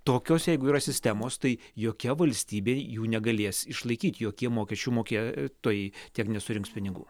tokios jeigu yra sistemos tai jokia valstybė jų negalės išlaikyti jokie mokesčių mokėtojai tiek nesurinks pinigų